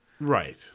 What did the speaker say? Right